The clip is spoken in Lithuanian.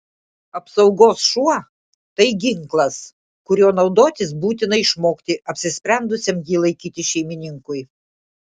apsaugos šuo tai ginklas kuriuo naudotis būtina išmokti apsisprendusiam jį laikyti šeimininkui